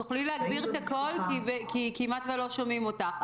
תוכלי להגביר את הקול, כמעט לא שומעים אותך.